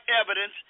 evidence